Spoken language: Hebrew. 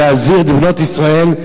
להזהיר את בנות ישראל,